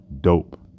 dope